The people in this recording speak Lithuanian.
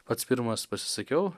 pats pirmas pasisakiau